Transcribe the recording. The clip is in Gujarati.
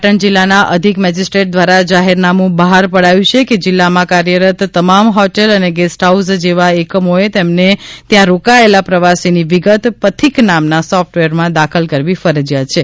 પાટણ જિલ્લાના અધિક મેજીસ્ટ્રેટ દ્વારા જાહેરનામુ બહાર પડાયું છે કે જિલ્લામાં કાર્યરત તમામ હોટલ અને ગેસ્ટ હાઉસ જેવા એકમોએ તેમને ત્યાં રોકાયેલા પ્રવાસીની વિગત પથિક નામના સોફ્ટવેરમાં દાખલ કરવી ફરજીયાત છે